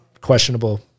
questionable